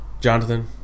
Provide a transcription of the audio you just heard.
Jonathan